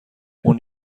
اون